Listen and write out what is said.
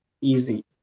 Easy